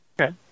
Okay